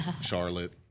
Charlotte